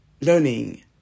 Learning